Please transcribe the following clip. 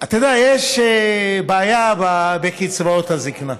אתה יודע, יש בעיה בקצבאות הזקנה.